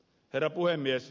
herra puhemies